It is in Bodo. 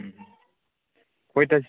मा समाव